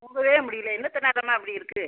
தூங்கவே முடியல என்னத்துனாலம்மா அப்படி இருக்கு